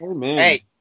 hey